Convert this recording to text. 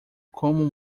como